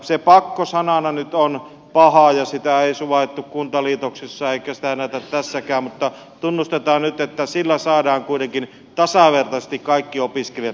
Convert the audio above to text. se pakko sanana nyt on paha ja sitä ei suvaittu kuntaliitoksissa eikä sitä näytä suvaittavan tässäkään mutta tunnustetaan nyt että sillä saadaan kuitenkin tasavertaisesti kaikki opiskelijat mukaan tähän järjestelmään